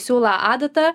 siūlą adatą